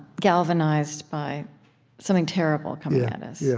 galvanized by something terrible coming at us, yeah